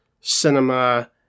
cinema